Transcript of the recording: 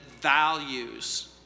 values